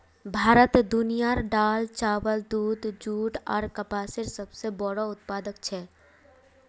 भारत दुनियार दाल, चावल, दूध, जुट आर कपसेर सबसे बोड़ो उत्पादक छे